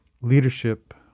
leadership